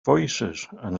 voicesand